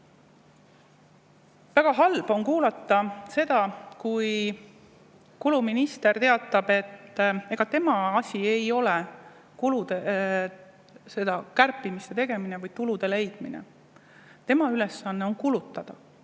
Väga halb on kuulata, kui kuluminister teatab, et ega tema asi ei ole kulude kärpimine või tulude leidmine, tema ülesanne on kulutada.